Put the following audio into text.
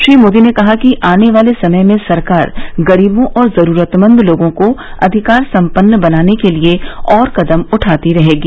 श्री मोदी ने कहा कि आने वाले समय में सरकार गरीबों और जरूरतमंद लोगों को अधिकार सम्पन्न बनाने के लिए और कदम उठाती रहेगी